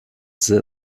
state